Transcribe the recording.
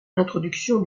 introduction